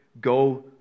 go